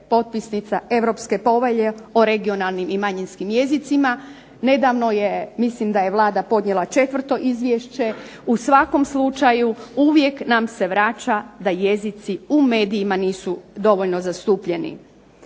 potpisnica europske povelje o regionalnim i manjinskim jezicima. Nedavno je mislim da je Vlada podnijela 4. izvješće, u svakom slučaju uvijek nam se vraća da jezici u medijima nisu dovoljno zastupljeni.